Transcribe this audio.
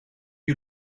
you